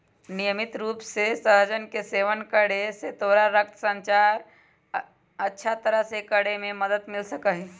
नियमित रूप से सहजन के सेवन करे से तोरा रक्त संचार अच्छा तरह से करे में मदद मिल सका हई